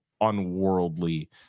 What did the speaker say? unworldly